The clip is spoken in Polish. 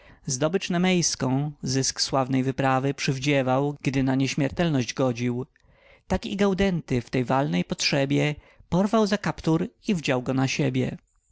zdobycz nemejską zysk sławnej wyprawy przywdziewał gdy na nieśmiertelność godził tak i gaudenty w tej walnej potrzebie porwał za kaptur i wdział go na siebie